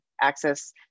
access